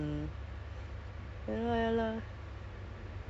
err I tried I tried